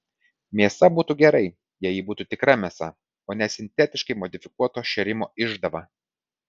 mėsa būtų gerai jei ji būtų tikra mėsa o ne sintetiškai modifikuoto šėrimo išdava